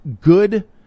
good